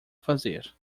fazer